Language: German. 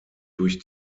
durch